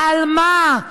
על מה?